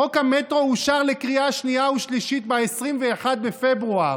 חוק המטרו אושר לקריאה שנייה ושלישית ב-21 בפברואר.